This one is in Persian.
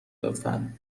لطفا